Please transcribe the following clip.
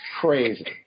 Crazy